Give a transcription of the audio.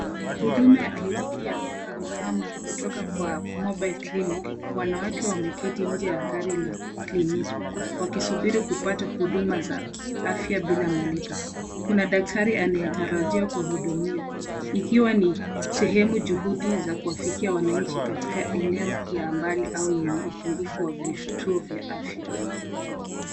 Huduma ya kliniki ya kuhamahama kutoka kwa (cs)mobile clinic(cs). Wanawake wameketi nje ya gari la kliniki wakisubiri kupata huduma za afya bila malipo, Kuna daktari anayetarajiwa kuwahudumia. Ikiwa ni sehemu juhudi za kuwafikia wananchi katika eneo ya mbali au yenye upungufu wa vituo vya afya.